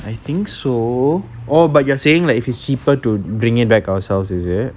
I think so orh but you are saying like if it's cheaper to bring it back ourselves is it